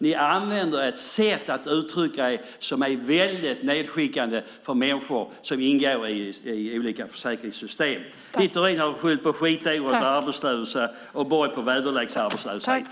Ni använder ett sätt att uttrycka er som är väldigt nedsättande för människor som ingår i olika försäkringssystem. Littorin har skyllt på skitår och Borg på väderleksarbetslöshet.